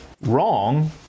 wrong